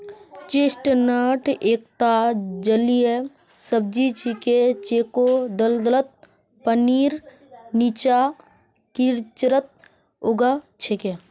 chestnut एकता जलीय सब्जी छिके जेको दलदलत, पानीर नीचा, कीचड़त उग छेक